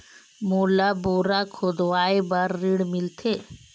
मोला बोरा खोदवाय बार ऋण मिलथे?